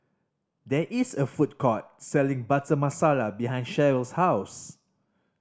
there is a food court selling Butter Masala behind Sheryl's house